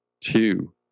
two